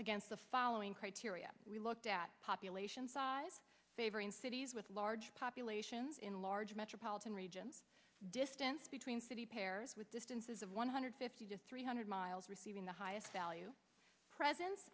against the following criteria we looked at population size favoring cities with large populations in large metropolitan region distance between city pairs with distances of one hundred fifty to three hundred miles receiving the highest value presence